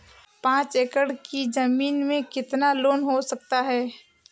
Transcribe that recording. पाँच एकड़ की ज़मीन में कितना लोन हो सकता है?